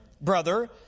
brother